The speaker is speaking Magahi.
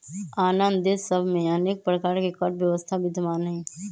आन आन देश सभ में अनेक प्रकार के कर व्यवस्था विद्यमान हइ